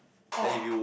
or